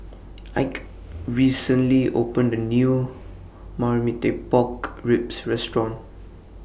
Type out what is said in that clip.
Ike recently opened A New Marmite Pork Ribs Restaurant